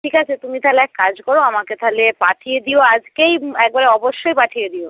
ঠিক আছে তুমি তাহলে এক কাজ করো আমাকে তাহলে পাঠিয়ে দিও আজকেই একবারে অবশ্যই পাঠিয়ে দিও